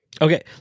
Okay